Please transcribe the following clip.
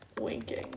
Winking